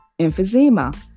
emphysema